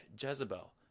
Jezebel